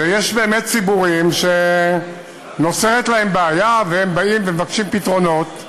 ויש באמת ציבורים שנוצרת להם בעיה והם באים ומבקשים פתרונות,